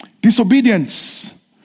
Disobedience